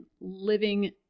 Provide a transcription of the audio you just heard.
living